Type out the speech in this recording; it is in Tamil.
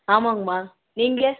ஆமாங்கம்மா நீங்கள்